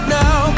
now